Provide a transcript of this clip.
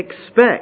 expect